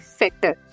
factor